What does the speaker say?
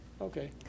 Okay